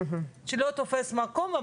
שלא תופס מקום,